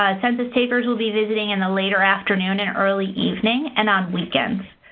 ah census takers will be visiting in the later afternoon and early evening and on weekends.